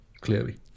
clearly